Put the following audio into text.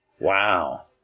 Wow